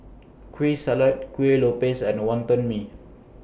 Kueh Salat Kuih Lopes and Wonton Mee